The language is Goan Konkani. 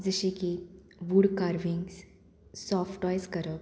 जशें की वूड कार्विंग्स सॉफ्ट टॉयज करप